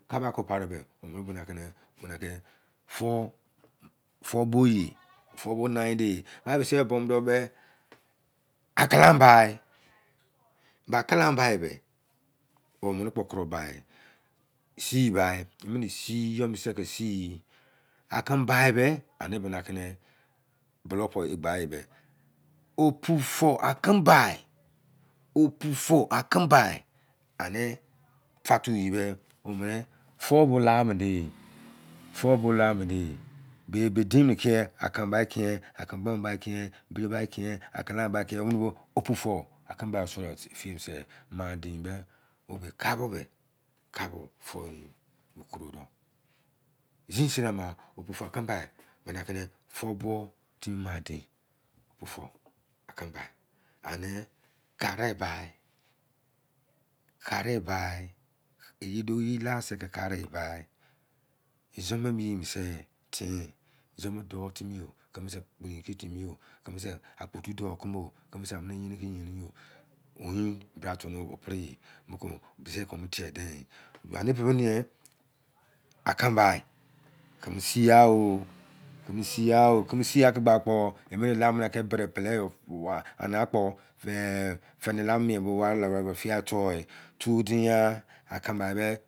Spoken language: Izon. Kabu aki para be omini boni aki, fou bo yi fou bo nai de. Aken lam bai. Be akal ambai be omini kpo kuro bai. Siyi bai omini si. Eyo bese ke si yi. Aken bai be. Opu fou aken bai. Ani fatu ye bi fou bo la me de bei deiin mini ki aken bai ken, aken bombai kien biribai kien kien, womini bo aken lam bai kien ba, opu fou. Aken bai a bo suo serii se. Ani kari yi bai. Izon be mi yi mini se ke kari ye. Kini si ya o aken bai kini si ya o aken bai kini siya o